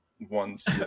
ones